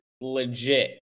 legit